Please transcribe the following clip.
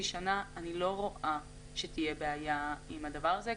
שנה אני לא רואה שתהיה בעיה עם הדבר הזה.